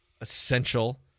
essential